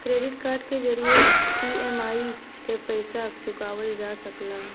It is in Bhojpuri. क्रेडिट कार्ड के जरिये ई.एम.आई क पइसा चुकावल जा सकला